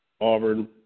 Auburn